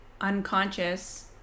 unconscious